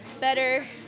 better